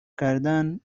کردن